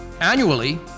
Annually